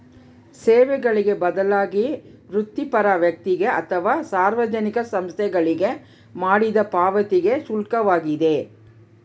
ಸೇವೆಗಳಿಗೆ ಬದಲಾಗಿ ವೃತ್ತಿಪರ ವ್ಯಕ್ತಿಗೆ ಅಥವಾ ಸಾರ್ವಜನಿಕ ಸಂಸ್ಥೆಗಳಿಗೆ ಮಾಡಿದ ಪಾವತಿಗೆ ಶುಲ್ಕವಾಗಿದೆ